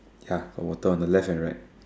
ya got water on the left and right